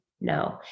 No